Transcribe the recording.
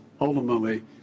ultimately